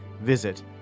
Visit